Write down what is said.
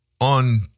on